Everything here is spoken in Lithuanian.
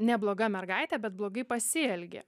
nebloga mergaitė bet blogai pasielgė